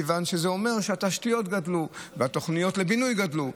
כי זה אומר שהתשתיות גדלו והתוכניות לבינוי גדלו,